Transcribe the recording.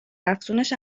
افزونش